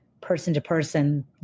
person-to-person